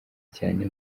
cyane